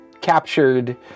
captured